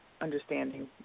understanding